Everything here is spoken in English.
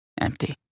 Empty